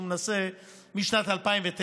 משהו שהוא מנסה משנת 2009,